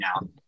now